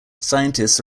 scientists